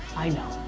i know.